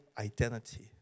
identity